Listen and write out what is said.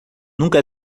nunca